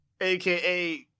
aka